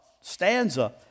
stanza